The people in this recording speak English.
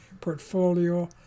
portfolio